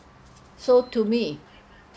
so to me